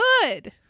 good